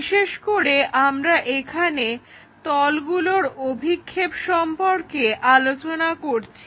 বিশেষ করে আমরা এখানে তলগুলোর অভিক্ষেপ সম্পর্কে আলোচনা করছি